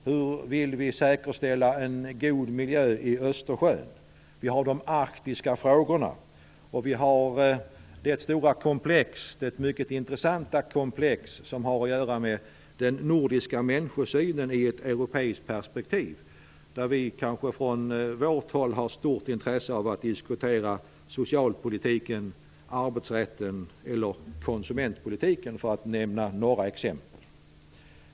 Hur vill vi säkerställa en god miljö i Östersjön? Vi har de arktiska frågorna. Och vi har det mycket intressanta komplex som har att göra med den nordiska människosynen i ett europeiskt perspektiv, där vi från vårt håll kanske har stort intresse av att diskutera socialpolitiken, arbetsrätten eller konsumentpolitiken för att nämna några exempel.